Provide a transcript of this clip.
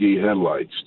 headlights